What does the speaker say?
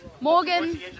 Morgan